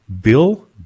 Bill